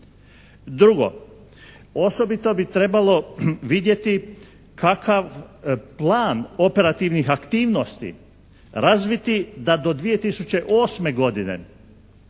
Drugo, osobito bi trebalo vidjeti kakav plan operativnih aktivnosti razviti da do 2008. godine